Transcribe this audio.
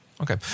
Okay